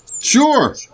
Sure